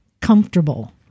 comfortable